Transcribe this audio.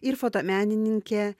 ir fotomenininkė